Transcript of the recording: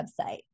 website